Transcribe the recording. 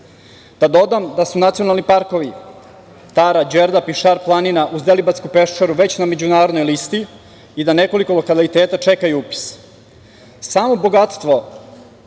dodam da su nacionalni parkovi Tara, Đerdap i Šar planina, uz Deliblatsku peščaru, već na međunarodnoj listi i da nekoliko lokaliteta čeka upis, samo bogatstvo